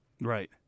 Right